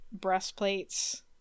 breastplates